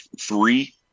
three